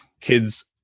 kids